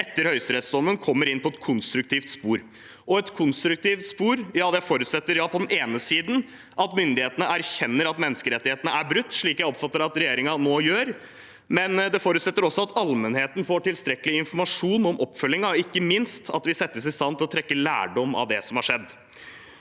etter høyesterettsdommen kommer inn på et konstruktivt spor nok. Et konstruktivt spor forutsetter på den ene siden at myndighetene erkjenner at menneskerettighetene er brutt, slik jeg oppfatter at regjeringen nå gjør, og det forutsetter at allmennheten får tilstrekkelig informasjon om oppfølgingen, ikke minst at vi settes i stand til å trekke lærdom av det som har skjedd.